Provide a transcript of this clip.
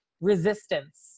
resistance